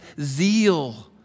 zeal